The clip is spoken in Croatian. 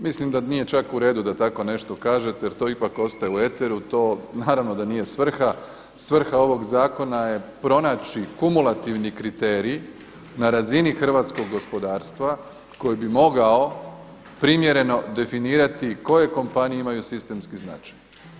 Mislim da nije čak u redu da tako nešto kažete jer to ipak ostaje u eteru, to naravno da nije svrha, svrha ovog zakona je pronaći kumulativni kriteriji na razini hrvatskog gospodarstva koji bi mogao primjereno definirati koje kompanije imaju sistemski značaj.